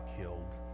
killed